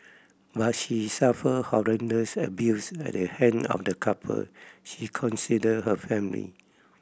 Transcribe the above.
but she suffered horrendous abuse at the hand of the couple she considered her family